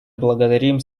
благодарим